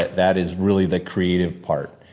that is really the creative part.